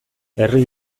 herri